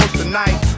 tonight